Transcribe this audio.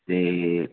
ਅਤੇ